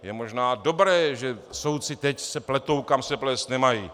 Je možná dobré, že soudci teď se pletou, kam se plést nemají.